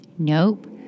Nope